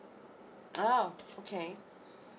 ah okay